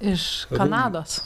iš kanados